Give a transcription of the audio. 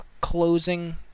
closing